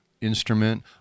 instrument